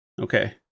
Okay